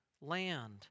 land